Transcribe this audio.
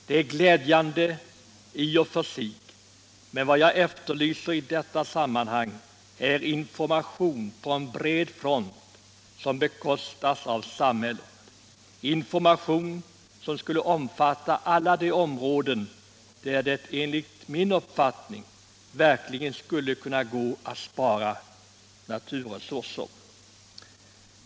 Det är glädjande i och för sig, men vad jag efterlyser i sammanhanget är information på bred front som bekostas av samhället, information som skulle omfatta alla de områden där det enligt min uppfattning verkligen skulle gå att spara naturresurser.